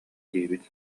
диэбит